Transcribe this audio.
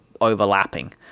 overlapping